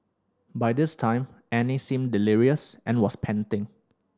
by this time Annie seemed delirious and was panting